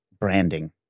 branding